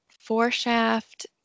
four-shaft